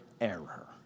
error